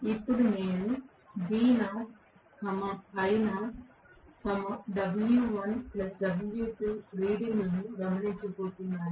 ఇప్పుడు నేను V0 I0 W1 W2 రీడింగులను గమనించబోతున్నాను